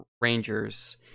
Rangers